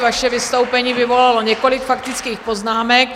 Vaše vystoupení vyvolalo několik faktických poznámek.